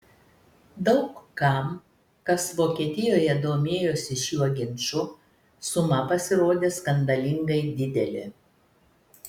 daug kam kas vokietijoje domėjosi šiuo ginču suma pasirodė skandalingai didelė